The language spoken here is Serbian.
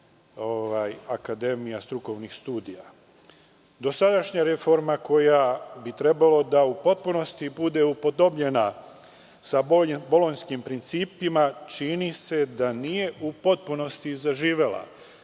akademija strukovnih studija. Dosadašnja reforma koja bi trebalo da u potpunosti bude upodobljena sa Bolonjskim principima čini se da nije u potpunosti zaživela